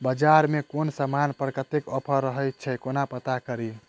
बजार मे केँ समान पर कत्ते ऑफर रहय छै केना पत्ता कड़ी?